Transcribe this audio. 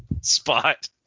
spot